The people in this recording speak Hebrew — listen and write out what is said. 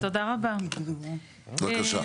בבקשה.